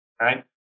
Right